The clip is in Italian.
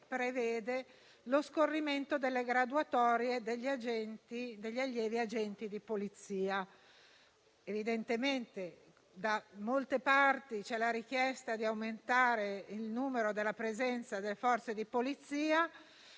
prevede lo scorrimento delle graduatorie degli allievi agenti di Polizia. Da molte parti c'è la richiesta di aumentare il numero e la presenza delle Forze di polizia,